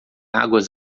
águas